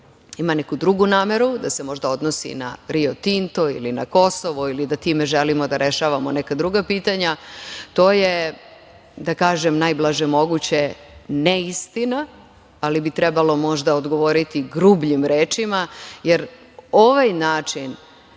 ima neku drugu nameru, da se možda odnosi na Rio Tinto ili na Kosovo ili da time želimo da rešavamo neka druga pitanja, to je da kažem, najblaže moguće neistina. Ali, trebalo bi možda odgovoriti grubljim rečima, jer ovaj način